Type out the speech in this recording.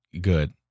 good